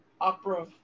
opera